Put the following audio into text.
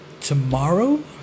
tomorrow